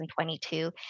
2022